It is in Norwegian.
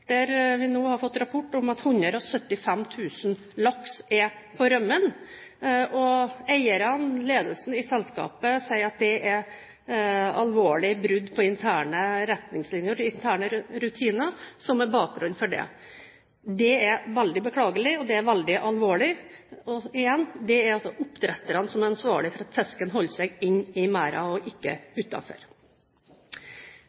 Vi har nå fått rapport om at 175 000 laks er på rømmen, og eierne – ledelsen i selskapet – sier at det er alvorlig brudd på interne retningslinjer, interne rutiner, som er bakgrunnen for det. Det er veldig beklagelig, og det er veldig alvorlig. Og igjen, det er oppdretterne som er ansvarlige for at fisken holder seg inne i merdene og ikke